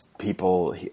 people